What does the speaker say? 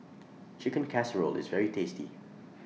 Chicken Casserole IS very tasty